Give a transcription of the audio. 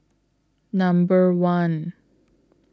Number one